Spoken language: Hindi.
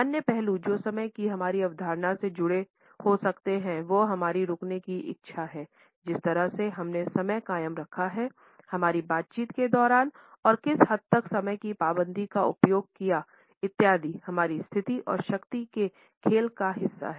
अन्य पहलू जो समय की हमारी अवधारणा से जुड़े हो सकते हैं वह हमारी रुकने की इच्छा है जिस तरह से हमने समय कायम रखा हमारी बातचीत के दौरान और किस हद तक समय की पाबंदी का उपयोग किया इत्यादि हमारी स्थिति और शक्ति के खेल का एक हिस्सा हैं